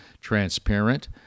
transparent